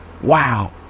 Wow